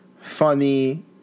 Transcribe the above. funny